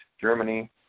Germany